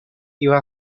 iba